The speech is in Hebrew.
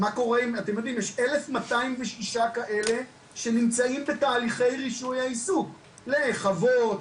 אתם יודעים יש 1,206 כאלה שנמצאים בתהליכי רישוי העיסוק לחוות,